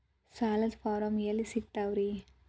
ಸಾಲದ ಫಾರಂ ಎಲ್ಲಿ ಸಿಕ್ತಾವ್ರಿ?